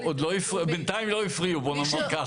וגם העירייה פה.